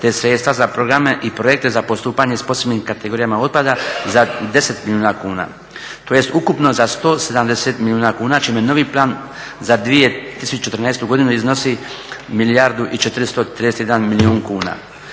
te sredstva za programe i projekte za postupanje s posebnim kategorijama otpada za 10 milijuna kuna, tj. ukupno za 170 milijuna kuna, čime novi plan za 2014. godinu iznosi milijardu i 431 milijun kuna.